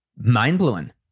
mind-blowing